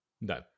No